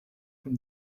from